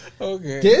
Okay